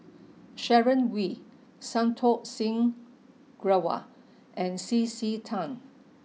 Sharon Wee Santokh Singh Grewal and C C Tan